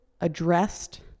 addressed